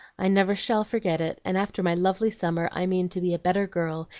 i never shall forget it, and after my lovely summer i mean to be a better girl,